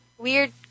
Weird